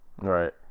Right